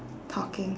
talking